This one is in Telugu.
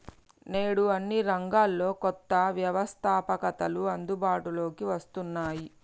నేడు అన్ని రంగాల్లో కొత్త వ్యవస్తాపకతలు అందుబాటులోకి వస్తున్నాయి